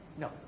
No